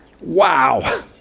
Wow